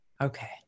okay